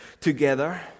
together